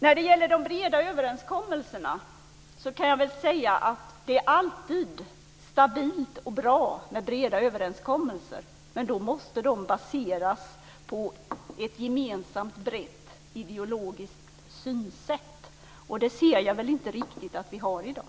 När det gäller de breda överenskommelserna kan jag säga att det alltid är stabilt och bra med breda överenskommelser, men då måste de baseras på ett gemensamt brett ideologiskt synsätt. Det ser jag inte riktigt att vi har i dag.